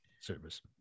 service